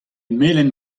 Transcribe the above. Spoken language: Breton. melen